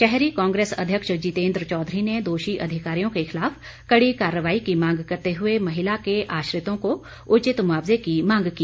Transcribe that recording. शहरी कांग्रेस अध्यक्ष जितेन्द्र चौधरी ने दोषी अधिकारियों के खिलाफ कड़ी कार्रवाई की मांग करते हुए महिला के आश्रितों को उचित मुआवजे की मांग की